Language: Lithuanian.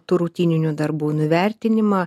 tų rutininių darbų nuvertinimą